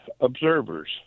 observers